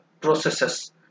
processes